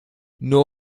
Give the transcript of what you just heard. nur